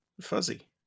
Fuzzy